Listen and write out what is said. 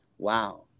Wow